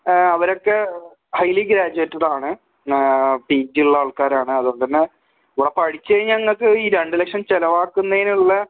അവരൊക്കെ highly graduated ആണ് P G ഉള്ള ആൾക്കാരാണ് അതുകൊണ്ട് തന്നെ ഇവിടെ പഠിച്ച് കഴിഞ്ഞാൽ നിങ്ങൾക്ക് ഈ രണ്ട് ലക്ഷം ചിലവാക്കുന്നതിന് ഉള്ള